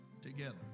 together